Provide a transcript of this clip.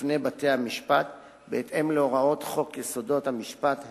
בפני בתי-המשפט בהתאם להוראות חוק יסודות המשפט,